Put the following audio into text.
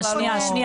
שנייה.